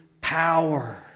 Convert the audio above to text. power